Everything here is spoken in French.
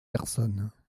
personnes